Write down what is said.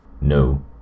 No